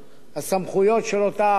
הסמכויות של אותה הרשות,